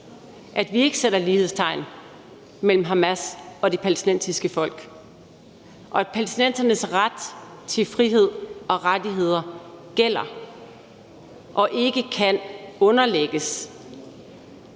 at vi ikke sætter lighedstegn mellem Hamas og det palæstinensiske folk, og at palæstinensernes ret til frihed og rettigheder gælder og ikke kan underlægges